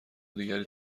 دیگری